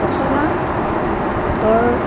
পচলা পেটৰ